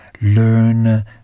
Learn